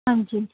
ਹਾਂਜੀ